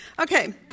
Okay